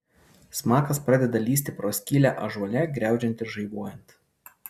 smakas pradeda lįsti pro skylę ąžuole griaudžiant ir žaibuojant